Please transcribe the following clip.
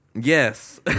Yes